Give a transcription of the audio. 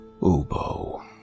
Ubo